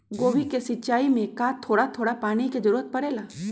गोभी के सिचाई में का थोड़ा थोड़ा पानी के जरूरत परे ला?